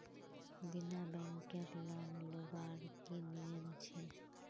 बिना बैंकेर लोन लुबार की नियम छे?